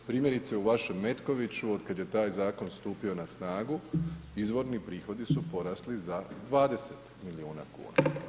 Primjerice u vašem Metkoviću, od kada je taj zakon stupio na snagu, izvorni prihodi, su porasli za 20 milijuna kuna.